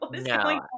No